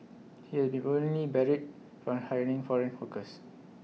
he has been permanently barred from hiring foreign workers